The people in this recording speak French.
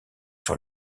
sur